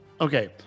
Okay